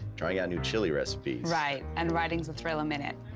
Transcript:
trying out new chili recipes. right, and writing's a thrill a minute.